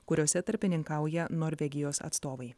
kuriose tarpininkauja norvegijos atstovai